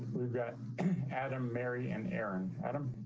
we've got adam mary and aaron, adam.